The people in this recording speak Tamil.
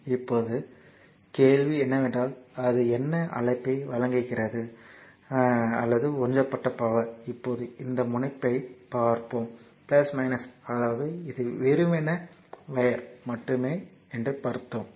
இப்போது கேள்வி என்னவென்றால் அது என்ன அழைப்பை வழங்கியது அல்லது உறிஞ்சப்பட்ட பவர் இப்போது இந்த முனையத்தைப் பார்ப்போம் அதாவது இது வெறுமனே ஒயர் மட்டுமே என்று பார்த்தோம்